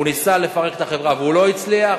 הוא ניסה לפרק את החברה והוא לא הצליח,